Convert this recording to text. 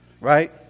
Right